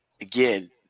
again